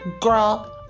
girl